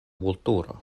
vulturo